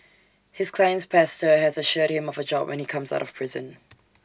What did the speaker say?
his client's pastor has assured him of A job when he comes out of prison